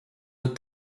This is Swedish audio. ett